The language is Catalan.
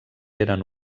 eren